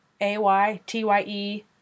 A-Y-T-Y-E